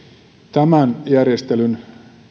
tämän järjestelyn